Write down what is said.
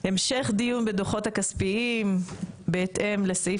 המשך דיון בדו"חות הכספיים בהתאם לסעיף